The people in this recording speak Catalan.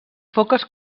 foques